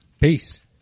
Peace